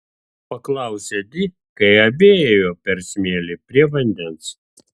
paklausė di kai abi ėjo per smėlį prie vandens